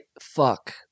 fuck